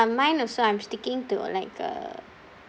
uh mine also I'm sticking to like a